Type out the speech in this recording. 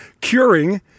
curing